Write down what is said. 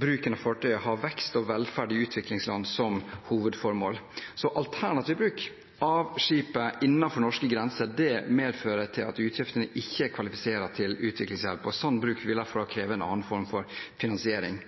bruken av fartøyet ha vekst og velferd i utviklingsland som hovedformål. En alternativ bruk av skipet innenfor norske grenser medfører at utgiftene ikke kvalifiserer til utviklingshjelp. Slik bruk vil derfor kreve en annen form for finansiering.